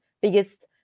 biggest